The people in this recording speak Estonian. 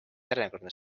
järjekordne